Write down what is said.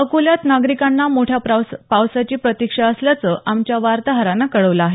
अकोल्यात नागरिकांना मोठ्या पावसाची प्रतीक्षा असल्याचं आमच्या वार्ताहरानं कळवलं आहे